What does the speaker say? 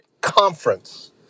conference